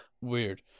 Weird